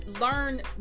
learn